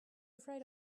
afraid